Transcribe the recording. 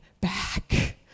back